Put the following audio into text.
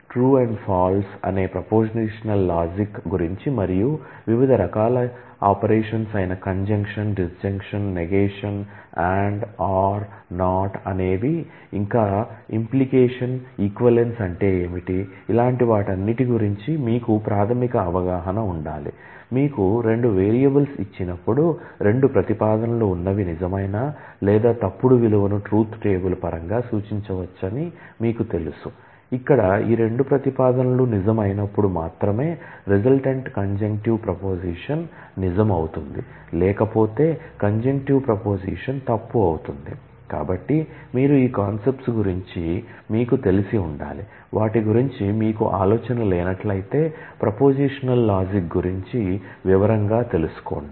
truth values true and false గురించి వివరంగా తెలుసుకోండి